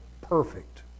perfect